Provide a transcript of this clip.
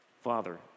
Father